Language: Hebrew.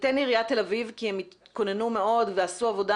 ניתן לעיריית תל אביב כי הם התכוננו ועשו עבודה